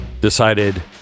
decided